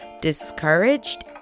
discouraged